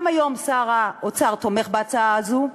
גם היום שר האוצר תומך בהצעה הזאת,